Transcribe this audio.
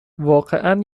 واقعا